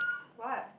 what